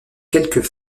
quelques